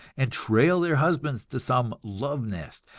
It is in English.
and trail their husbands to some love nest,